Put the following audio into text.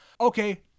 okay